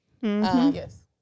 Yes